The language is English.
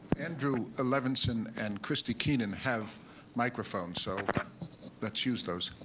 andrew, levinson, and christy keenan have microphones, so let's use those.